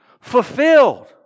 fulfilled